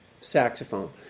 Saxophone